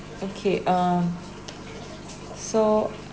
okay uh so